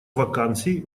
вакансий